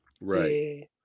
Right